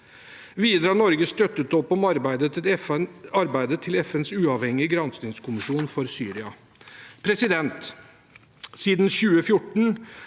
Videre har Norge støttet opp om arbeidet til FNs uavhengige granskningskommisjon for Syria. Siden 2014